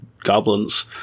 goblins